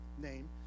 name